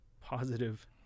positive